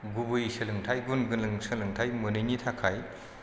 गुबै सोलोंथाय गुन गोनां सोलोंथाय मोनैनि थाखाय